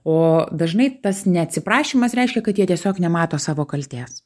o dažnai tas neatsiprašymas reiškia kad jie tiesiog nemato savo kaltės